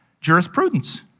jurisprudence